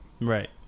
Right